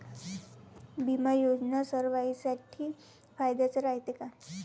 बिमा योजना सर्वाईसाठी फायद्याचं रायते का?